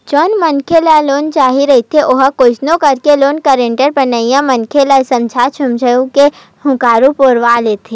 जउन मनखे ल लोन चाही रहिथे ओ कइसनो करके लोन गारेंटर बनइया मनखे ल समझा सुमझी के हुँकारू भरवा लेथे